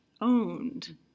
owned